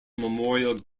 memorial